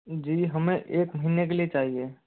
जी हमें एक महीने के लिए चाहिए